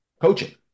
coaching